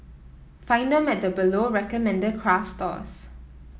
find them at the below recommended craft stores